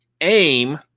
AIM